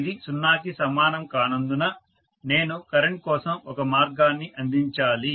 ఇది 0 కి సమానం కానందున నేను కరెంట్ కోసం ఒక మార్గాన్ని అందించాలి